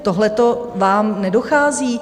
Tohleto vám nedochází?